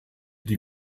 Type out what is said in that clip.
die